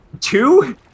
two